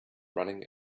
running